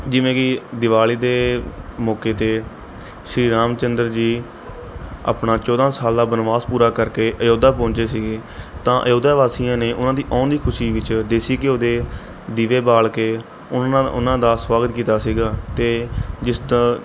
ਜਿਵੇਂ ਕਿ ਦੀਵਾਲੀ ਦੇ ਮੌਕੇ 'ਤੇ ਸ਼੍ਰੀ ਰਾਮ ਚੰਦਰ ਜੀ ਆਪਣਾ ਚੌਦਾਂ ਸਾਲ ਦਾ ਬਨਵਾਸ ਪੂਰਾ ਕਰਕੇ ਆਯੋਧਿਆ ਪਹੁੰਚੇ ਸੀਗੇ ਤਾਂ ਆਯੋਧਿਆ ਵਾਸੀਆਂ ਨੇ ਉਹਨਾਂ ਦੀ ਆਉਣ ਦੀ ਖੁਸ਼ੀ ਵਿੱਚ ਦੇਸੀ ਘਿਓ ਦੇ ਦੀਵੇ ਬਾਲ਼ ਕੇ ਉਹਨਾਂ ਉਨ੍ਹਾਂ ਦਾ ਸਵਾਗਤ ਕੀਤਾ ਸੀਗਾ ਅਤੇ ਜਿਸਦਾ